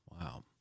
Wow